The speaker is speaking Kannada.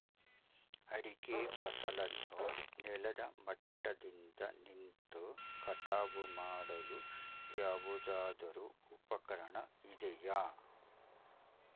ಅಡಿಕೆ ಫಸಲನ್ನು ನೆಲದ ಮಟ್ಟದಿಂದ ನಿಂತು ಕಟಾವು ಮಾಡಲು ಯಾವುದಾದರು ಉಪಕರಣ ಇದೆಯಾ?